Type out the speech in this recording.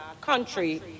country